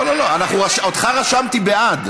אותך רשמתי בעד.